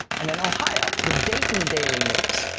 and in ohio, the dayton daily news,